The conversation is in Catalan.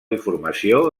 informació